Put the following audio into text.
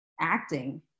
acting